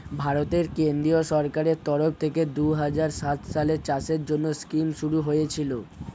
ভারতের কেন্দ্রীয় সরকারের তরফ থেকে দুহাজার সাত সালে চাষের জন্যে স্কিম শুরু হয়েছিল